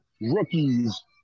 rookies